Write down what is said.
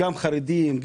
גם חרדים,